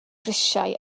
grisiau